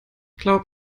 glaub